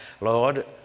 Lord